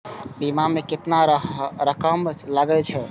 बीमा में केतना रकम लगे छै?